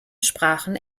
sprachen